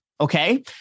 Okay